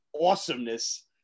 awesomeness